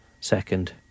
second